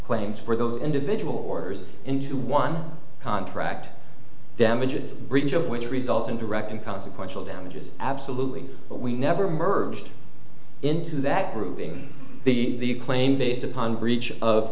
claims for those individual orders into one contract damages breach of which result in direct and consequential damages absolutely but we never merged into that proving the claim based upon breach of